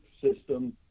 system